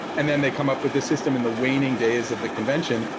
and then they come up with this system in the waning days of the convention,